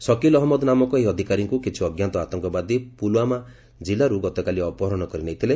ସକିଲ୍ ଅହମ୍ମଦ ନାମକ ଏହି ଅଧିକାରୀଙ୍କୁ କିଛି ଅଜ୍ଞାତ ଆତଙ୍କବାଦୀ ପୁଲୱାମା ଜିଲ୍ଲାରୁ ଗତକାଲି ଅପହରଣ କରି ନେଇଥିଲେ